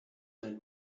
seit